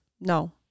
no